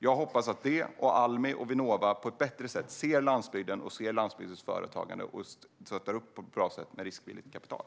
Jag hoppas att den, Almi och Vinnova på ett bättre sätt ser landsbygden och landsbygdens företagande och stöttar upp på ett bra sätt med riskvilligt kapital.